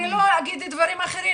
אני לא אגיד דברים אחרים,